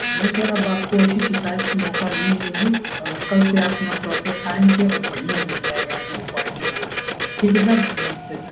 नहीं सर अब आपको ऐसी शिकायत की मौका नही मिलेगी और कल से आपके यहाँ प्रोपर टाइम से और बढ़िया दूध जाएगा एकदम क्वालिटी वाला ठीक है सर नमस्ते सर